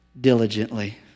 diligently